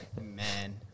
man